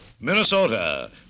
Minnesota